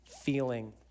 feeling